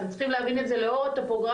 אתם צריכים להבין את זה לאור הטופוגרפיה